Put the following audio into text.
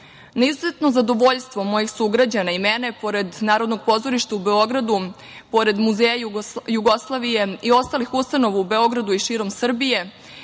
izuzetno zadovoljstvo mojih sugrađana i mene, pored Narodnog pozorišta u Beogradu, pored muzeja Jugoslavije i ostalih ustanova u Beogradu i širom Srbije,